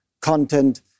content